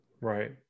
Right